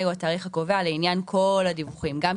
של